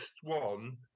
swan